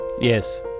Yes